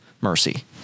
Mercy